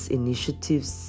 initiatives